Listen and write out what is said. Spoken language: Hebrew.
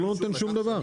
זה לא נותן שום דבר,